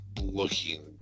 looking